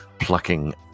plucking